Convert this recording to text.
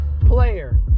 player